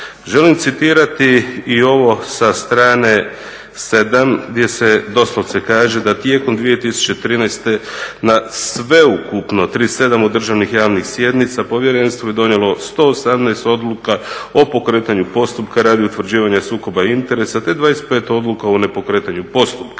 Želim citirati i ovo sa strane 7. gdje se doslovce kaže da tijekom 2013. na sveukupno 37 održanih javnih sjednica povjerenstvo je donijelo 118 odluka o pokretanju postupka radi utvrđivanja sukoba interesa te 25 odluka o nepokretanju postupka.